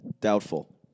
Doubtful